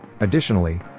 Additionally